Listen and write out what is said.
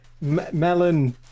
Melon